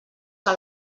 que